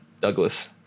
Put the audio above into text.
Douglas